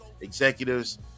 executives